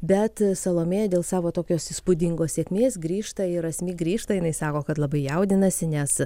bet salomėja dėl savo tokios įspūdingos sėkmės grįžta ir asmik grįžta jinai sako kad labai jaudinasi nes